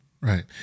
Right